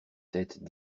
tête